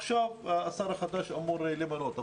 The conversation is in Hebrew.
עכשיו, השר החדש אמור למנות.